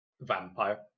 vampire